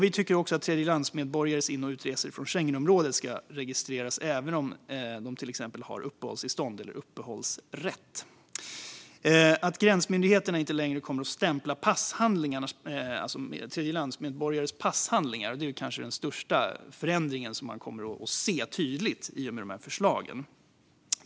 Vi tycker också att tredjelandsmedborgares in och utresor på Schengenområdet ska registreras även om de till exempel har uppehållstillstånd eller uppehållsrätt. Att gränsmyndigheterna inte längre kommer att stämpla tredjelandsmedborgares passhandlingar är kanske den största förändring man kommer att se tydligt i och med de här förslagen.